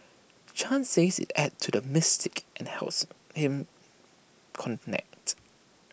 chan says IT adds to the mystique and helps him connect